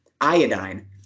iodine